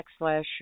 backslash